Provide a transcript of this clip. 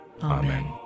Amen